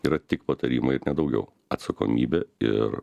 yra tik patarimai ir ne daugiau atsakomybė ir